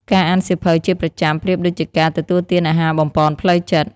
ការអានសៀវភៅជាប្រចាំប្រៀបដូចជាការ ទទួលទានអាហារបំប៉នផ្លូវចិត្ត។